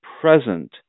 Present